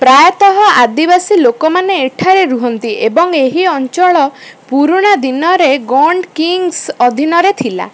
ପ୍ରାୟତଃ ଆଦିବାସୀ ଲୋକମାନେ ଏଠାରେ ରୁହନ୍ତି ଏବଂ ଏହି ଅଞ୍ଚଳ ପୁରୁଣା ଦିନରେ ଗୋଣ୍ଡ୍ କିଙ୍ଗସ୍ ଅଧୀନରେ ଥିଲା